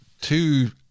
two